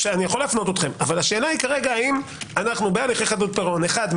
אני יכול להפנות אתכם אבל השאלה היא אם אנו בהליכי חדלות פירעון אחת,